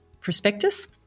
prospectus